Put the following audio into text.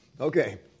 Okay